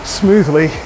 smoothly